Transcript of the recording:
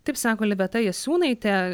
taip sako liveta jasiūnaitė